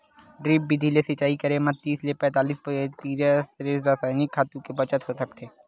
drip बिधि ले सिचई करे म तीस ले पैतालीस परतिसत तक रसइनिक खातू के बचत हो सकथे